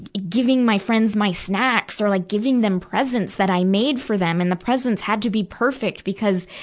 giving my friends my snacks. or like giving them presents that i made for them. and the presents had to be perfect because,